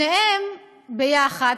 שניהם ביחד,